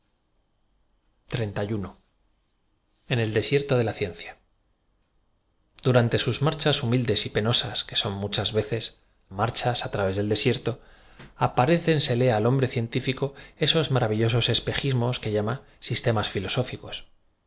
n el desierto de la ciencia durante sus marchas humildes y penosas que son muchas teces ahí marchas á través del desierto aparécenle al hombre cientíñco esos maravillosos es pejismos que llam a sistemas filosóficos